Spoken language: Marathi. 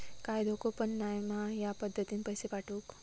काय धोको पन नाय मा ह्या पद्धतीनं पैसे पाठउक?